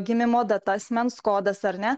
gimimo data asmens kodas ar ne